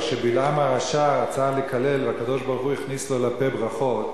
כשבלעם הרשע רצה לקלל והקדוש-ברוך-הוא הכניס לו לפה ברכות,